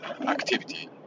activity